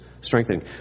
strengthening